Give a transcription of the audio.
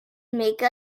make